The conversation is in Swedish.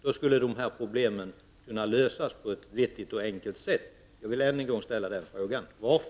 Då skulle dessa problem kunna lösas på ett vettigt och enkelt sätt.